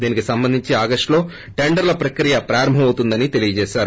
దీనికి సంబంధించి ఆగస్టులో టెండర్ల ప్రక్రియ ప్రారంభమవుతుందని తెలిపారు